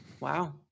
Wow